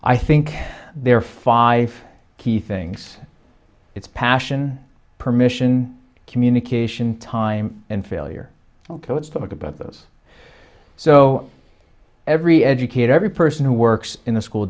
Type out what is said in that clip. i think there are five key things it's passion permission communication time and failure ok let's talk about those so every educate every person who works in the school